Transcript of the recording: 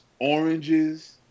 oranges